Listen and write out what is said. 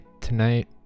tonight